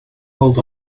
hold